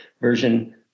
version